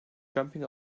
jumping